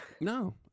No